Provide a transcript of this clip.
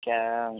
ക്യാ